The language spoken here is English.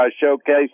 showcase